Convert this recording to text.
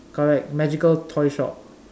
correct magical toy shop